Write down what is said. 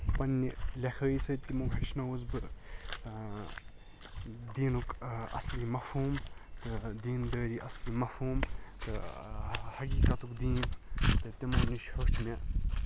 پننہِ لیٚکھٲیی سۭتۍ تِمو ہیٚچھنو وُس بہٕ دیٖنُک اَصلی مَفہوم تہٕ دیٖندٲری اصل مَفہوم تہٕ حَقیقَتُک دیٖن تہٕ تِمَن نِش ہیٚوچھ مےٚ